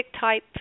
type